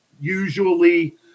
usually